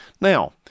Now